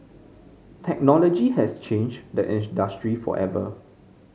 technology has changed the industry forever